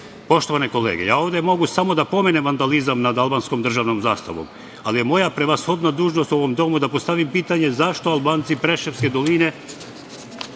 sveta? Poštovane kolege, ja ovde mogu samo da pomenem vandalizam nad albanskom državnom zastavom, ali je moja prevashodna dužnost u ovom domu da postavim pitanje zašto albanci preševske doline